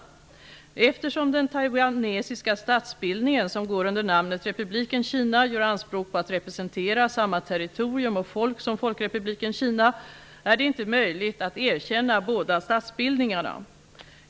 Eftersom den taiwanesiska statsbildningen, som går under namnet Republiken Kina, gör anspråk på att representera samma territorium och folk som Folkrepubliken Kina, är det inte möjligt att erkänna båda statsbildningarna.